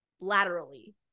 laterally